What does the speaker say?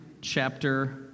chapter